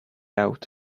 out